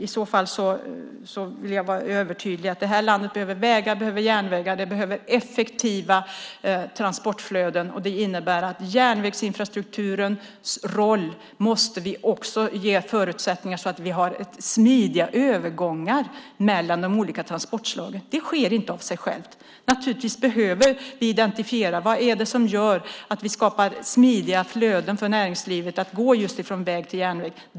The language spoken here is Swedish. I så fall vill jag vara övertydlig med att det här landet behöver vägar, järnvägar och effektiva transportflöden. Det innebär att vi också måste ge förutsättningar för järnvägsinfrastrukturen så att vi kan ha smidiga övergångar mellan de olika transportslagen. Det sker inte av sig självt. Vi behöver identifiera hur vi skapar smidiga flöden för näringslivet när det gäller att gå från väg till järnväg.